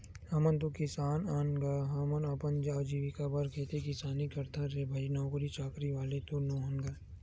हमन तो किसान अन गा, हमन अपन अजीविका बर खेती किसानी करथन रे भई नौकरी चाकरी वाले तो नोहन गा